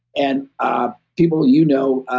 and ah people you know,